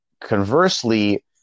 conversely